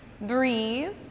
Breathe